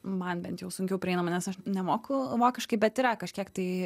man bent jau sunkiau prieinama nes aš nemoku vokiškai bet yra kažkiek tai